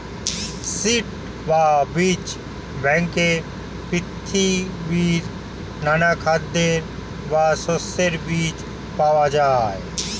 seed বা বীজ ব্যাংকে পৃথিবীর নানা খাদ্যের বা শস্যের বীজ পাওয়া যায়